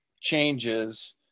changes